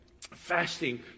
fasting